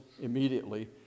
immediately